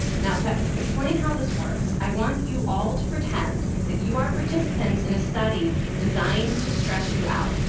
now to explain how this works, i want you all to pretend that you are participants in a study designed to stress you out.